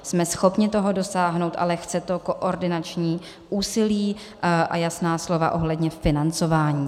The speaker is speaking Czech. Jsme schopni toho dosáhnout, ale chce to koordinační úsilí a jasná slova ohledně financování.